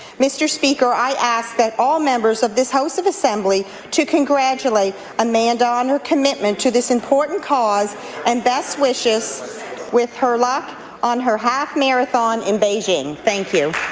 mr. speaker, i ask that all members of this house of assembly to congratulate amanda on her commitment to this important cause and best wishes with her luck on her half marathon in beijing. thank you.